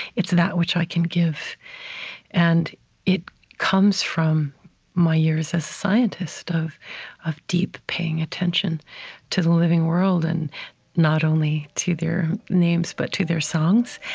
it's that which i can give and it comes from my years as a scientist, of of deep paying attention to the living world, and not only to their names, but to their songs.